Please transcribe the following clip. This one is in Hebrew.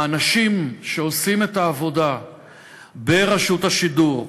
האנשים שעושים את העבודה ברשות השידור,